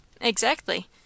Exactly